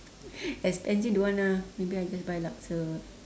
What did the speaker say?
expensive don't want ah maybe I just buy laksa ah